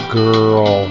girl